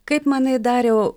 kaip manai dariau